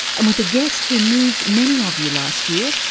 and with a guest who moved many of you last year.